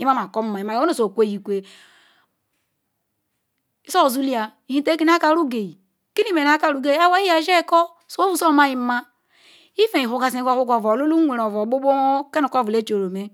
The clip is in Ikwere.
omamakoma imaqu nu ozo kweyikwe izos uhya hetakini akaruge kirimeru nha akaruge kiri meru nha akaruge awaiyam ozako so ovu so omayimma even whorgaziwhorga ove olulunworen ove ogbogbo ke nu kobula ve choruome